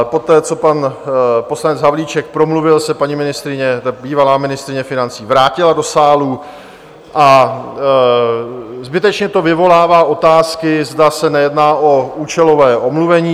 Poté co pan poslanec Havlíček promluvil, se paní ministryně, bývalá ministryně financí, vrátila do sálu a zbytečně to vyvolává otázky, zda se nejedná o účelové omluvení.